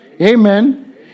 Amen